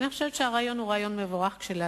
אני חושבת שהרעיון כשלעצמו